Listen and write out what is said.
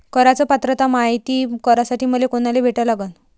कराच पात्रता मायती करासाठी मले कोनाले भेटा लागन?